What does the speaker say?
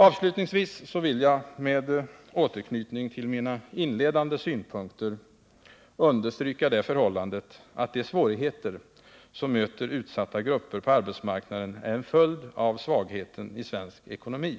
Avslutningsvis vill jag med återknytning till mina inledande synpunkter understryka det förhållandet, att de svårigheter som möter utsatta grupper på arbetsmarknaden är en följd av svagheten i svensk ekonomi.